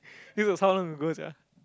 this was how long ago sia